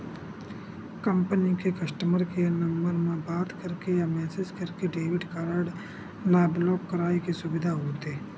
company के customer care number म बात करके या मेसेज करके डेबिट कारड ल ब्लॉक कराए के सुबिधा होथे